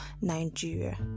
nigeria